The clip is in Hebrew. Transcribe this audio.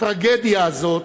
הטרגדיה הזאת,